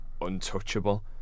untouchable